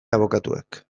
abokatuek